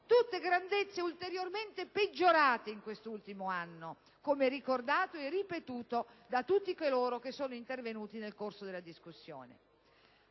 tutte grandezze ulteriormente peggiorate in quest'ultimo anno, come ricordato e ripetuto da tutti coloro che sono intervenuti nel corso della discussione,